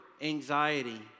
anxiety